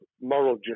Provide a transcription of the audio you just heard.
moral